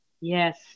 Yes